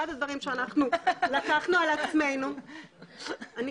אחד הדברים שאנחנו לקחנו על עצמנו זה